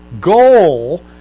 goal